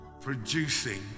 producing